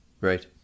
Right